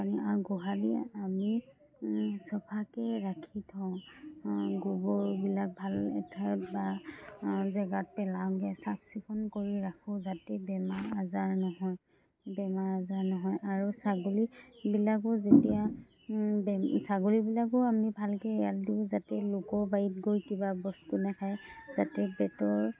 আৰু গোহালী আমি চফাকৈ ৰাখি থওঁ গোবৰবিলাক ভাল এঠাইত বা জেগাত পেলাওঁগৈ চাফ চিকুণ কৰি ৰাখোঁ যাতে বেমাৰ আজাৰ নহয় বেমাৰ আজাৰ নহয় আৰু ছাগলীবিলাকো যেতিয়া ছাগলীবিলাকো আমি ভালকৈ এৰাল দিওঁ যাতে লোকৰ বাৰীত গৈ কিবা বস্তু নাখায় যাতে পেটৰ